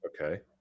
Okay